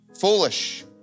Foolish